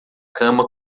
cama